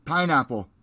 Pineapple